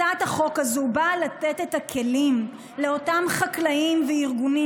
הצעת החוק הזו באה לתת את הכלים לאותם חקלאים וארגונים,